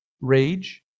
rage